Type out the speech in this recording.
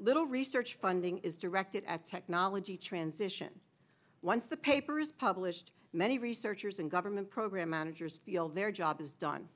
little research funding is directed at technology transition once the papers published many researchers and government program managers feel their job is done